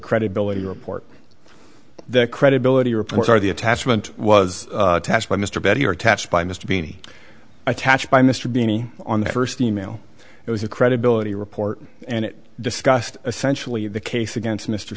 credibility report credibility reports are the attachment was asked by mr betty or attached by mr beanie attached by mr beeny on the first e mail it was a credibility report and it discussed essentially the case against mr